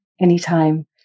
anytime